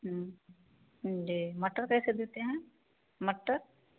जी मटर कैसे देते हैं मटर